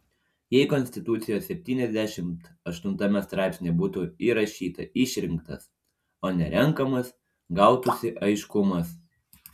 jei konstitucijos septyniasdešimt aštuntame straipsnyje būtų įrašyta išrinktas o ne renkamas gautųsi aiškumas